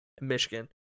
Michigan